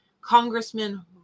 Congressman